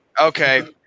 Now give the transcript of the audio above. okay